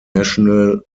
national